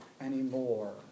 anymore